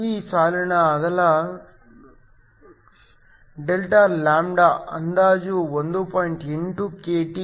ಈ ಸಾಲಿನ ಅಗಲ Δλ ಅಂದಾಜು 1